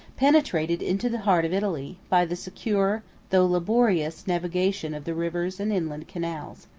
penetrated into the heart of italy, by the secure, though laborious, navigation of the rivers and inland canals.